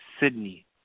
Sydney